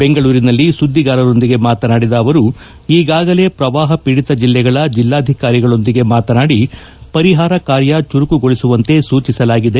ಬೆಂಗಳೂರಿನಲ್ಲಿ ಸುದ್ದಿಗಾರರೊಂದಿಗೆ ಮಾತನಾಡಿದ ಅವರು ಈಗಾಗಲೇ ಪ್ರವಾಪ ಪೀಡಿತ ಜಿಲ್ಲೆಗಳ ಜಿಲ್ಲಾಧಿಕಾರಿಗಳೊಂದಿಗೆ ಮಾತನಾಡಿ ಪರಿಹಾರ ಕಾರ್ಯ ಚುರುಕುಗೊಳಿಸುವಂತೆ ಸೂಚಿಸಲಾಗಿದೆ